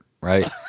right